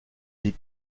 die